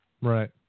Right